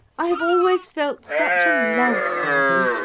i have always felt such a love for them,